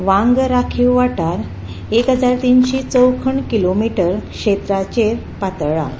वांग राखीव वाठार एक हजार तिनशी चौखण किलोमीटर क्षेत्राचेर पातळ्ळा